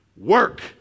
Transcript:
work